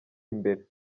imbere